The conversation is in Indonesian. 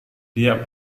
dia